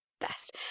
best